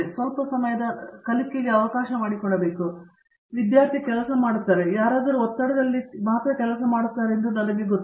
ಅವರು ಸ್ವಲ್ಪ ಸಮಯದ ಕಲಿಕೆಗೆ ಅವಕಾಶ ಮಾಡಿಕೊಡಬೇಕು ವಿದ್ಯಾರ್ಥಿ ಕೆಲಸ ಮಾಡುತ್ತಾರೆ ಅಥವಾ ಯಾರಾದರೂ ಒತ್ತಡದಲ್ಲಿ ಮಾತ್ರ ಕೆಲಸ ಮಾಡುತ್ತಾರೆ ಎಂದು ನನಗೆ ಗೊತ್ತು